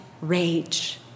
rage